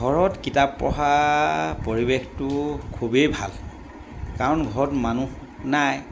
ঘৰত কিতাপ পঢ়া পৰিৱেশটো খুবেই ভাল কাৰণ ঘৰত মানুহ নাই